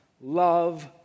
love